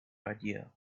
idea